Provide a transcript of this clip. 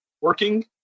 working